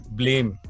blame